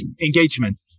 engagement